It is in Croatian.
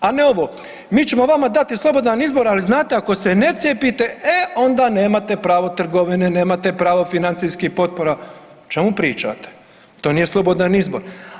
A ne ovo mi ćemo vama dati slobodan izbor, ali znate ako se ne cijepite e onda nemate pravo trgovine, nemate pravo financijskih potpora, o čemu pričate, to nije slobodan izbor.